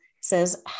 says